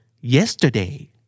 Yesterday